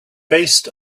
based